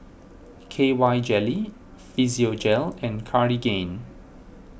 K Y Jelly Physiogel and Cartigain